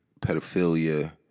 pedophilia